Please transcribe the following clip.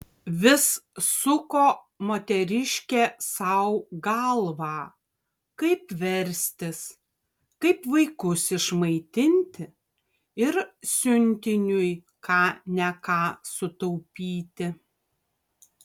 vis suko moteriškė sau galvą kaip verstis kaip vaikus išmaitinti ir siuntiniui ką ne ką sutaupyti